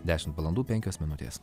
dešimt valandų penkios minutės